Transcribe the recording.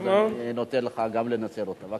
אז אני נותן לך גם לנצל אותה.